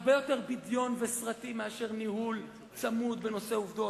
הרבה יותר בדיון וסרטים מאשר ניהול צמוד בנושא עובדות,